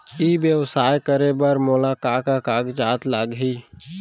ई व्यवसाय करे बर मोला का का कागजात लागही?